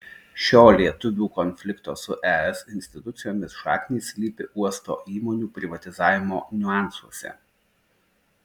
šio lietuvių konflikto su es institucijomis šaknys slypi uosto įmonių privatizavimo niuansuose